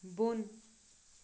بۄن